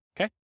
okay